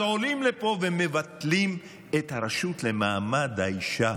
אז עולים לפה ומבטלים את הרשות למעמד האישה?